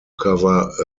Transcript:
cover